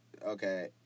Okay